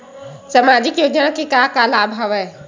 सामाजिक योजना के का का लाभ हवय?